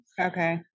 okay